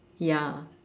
ya